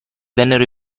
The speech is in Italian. vennero